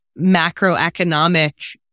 macroeconomic